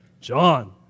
John